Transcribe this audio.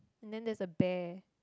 and then there's a bear